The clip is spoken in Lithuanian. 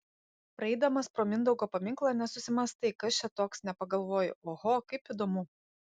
praeidamas pro mindaugo paminklą nesusimąstai kas čia toks nepagalvoji oho kaip įdomu